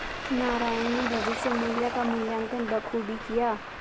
नारायण ने भविष्य मुल्य का मूल्यांकन बखूबी किया